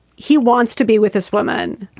he wants to be with this woman.